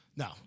No